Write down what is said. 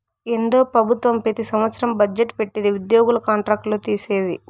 ఏందో పెబుత్వం పెతి సంవత్సరం బజ్జెట్ పెట్టిది ఉద్యోగుల కాంట్రాక్ట్ లు తీసేది